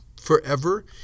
Forever